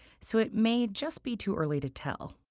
so it may just be too early to tell.